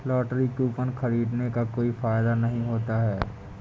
lottery coupon खरीदने का कोई फायदा नहीं होता है